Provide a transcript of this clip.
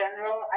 general